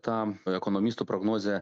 tą ekonomistų prognozę